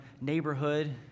neighborhood